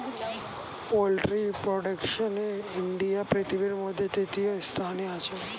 poultry প্রোডাকশনে India পৃথিবীর মধ্যে তৃতীয় স্থানে আছে